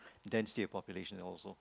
densely a population also